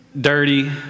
dirty